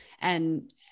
and-